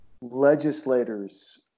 Legislators